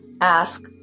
Ask